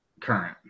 current